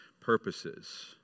purposes